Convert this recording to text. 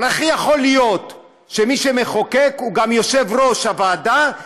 אבל איך יכול להיות שמי שמחוקק הוא גם יושב-ראש הוועדה,